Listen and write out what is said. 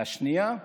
והשנייה,